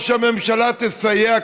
או שהממשלה תסייע,